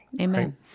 Amen